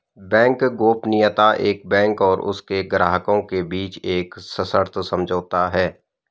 bank गोपनीयता एक bank और उसके ग्राहकों के बीच एक सशर्त समझौता है